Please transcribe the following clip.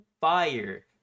Fire